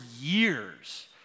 years